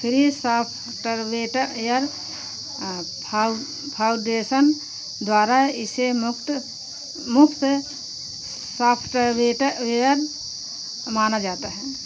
free Software Foundation द्वारा इसे मुफ्त मुफ्त सॉफ्टरवेटर माना जाता है